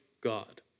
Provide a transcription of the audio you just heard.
God